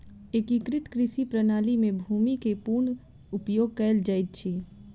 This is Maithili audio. एकीकृत कृषि प्रणाली में भूमि के पूर्ण उपयोग कयल जाइत अछि